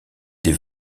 des